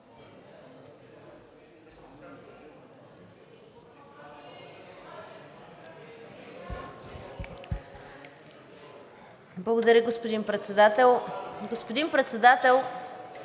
Благодаря, господин Председател.